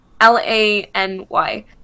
L-A-N-Y